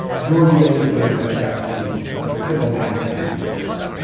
you're the only thing that affects the needle. the simple magnet math here, people.